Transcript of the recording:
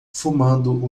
fumando